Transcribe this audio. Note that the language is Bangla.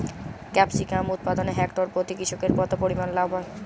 ক্যাপসিকাম উৎপাদনে হেক্টর প্রতি কৃষকের কত পরিমান লাভ হয়?